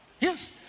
Yes